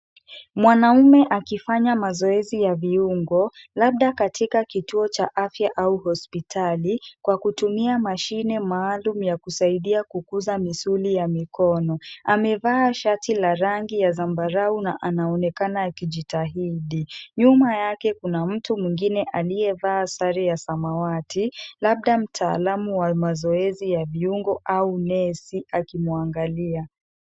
Mwanamume akifanya mazoezi ya viungo labda katika kituo cha afya au hospitali kwa kutumia mashine maalum ya kusaidia kukuza misuli ya mikono. Amevaa shati la rangi ya zambarau na anaonekana akijitahidi. Nyuma yake kuna mtu mwingine aliyevaa sare ya samawati labda mtaalamu ya mazoezi ya viungo au nesi akimwangalia.